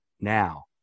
now